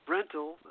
Rental